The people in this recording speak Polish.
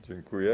Dziękuję.